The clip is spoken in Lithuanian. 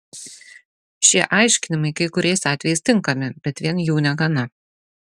šie aiškinimai kai kuriais atvejais tinkami bet vien jų negana